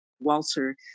Walter